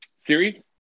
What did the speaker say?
series